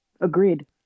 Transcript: Agreed